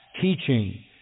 teaching